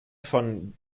von